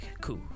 cool